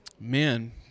Man